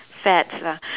fads lah